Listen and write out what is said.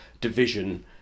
division